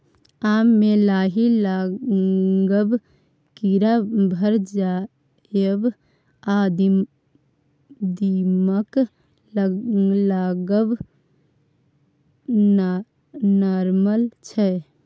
आम मे लाही लागब, कीरा भए जाएब आ दीमक लागब नार्मल छै